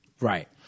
right